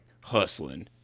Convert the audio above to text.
hustling